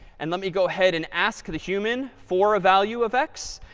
and let me go ahead and ask the human for a value of x.